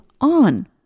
on